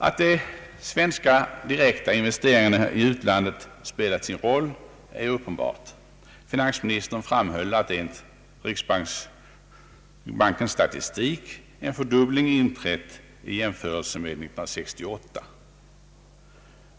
Att de svenska direkta investeringarna i utlandet spelat sin roll är uppenbart. Finansministern framhöll att enligt riksbankens statistik en fördubbling inträtt i jämförelse med 1968.